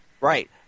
Right